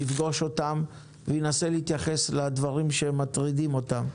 יפגוש אותם וינסה להתייחס לדברים שמטרידים אותם.